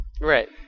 Right